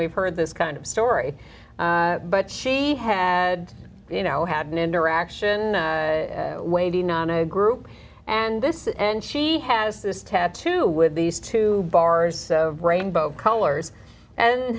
we've heard this kind of story but she had you know had an interaction waiting on a group and this and she has this tattoo with these two bars rainbow hours and